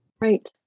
Right